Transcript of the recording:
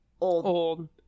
old